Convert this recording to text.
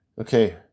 Okay